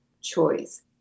choice